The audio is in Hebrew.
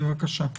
בבקשה.